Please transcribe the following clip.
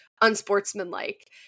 unsportsmanlike